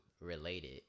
related